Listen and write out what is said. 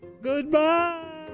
Goodbye